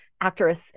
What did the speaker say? actress